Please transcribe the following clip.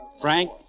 Frank